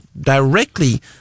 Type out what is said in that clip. directly